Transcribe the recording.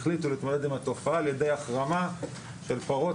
החליטו להתמודד עם התופעה על ידי החרמה של פרות,